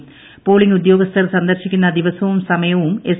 polling ഉദ്യോഗസ്ഥർ സന്ദർശിക്കുന്ന ദിവസവും സമയവും എസ്